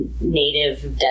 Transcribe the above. native